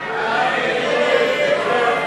סעיף 22,